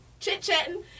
Chit-chatting